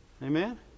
amen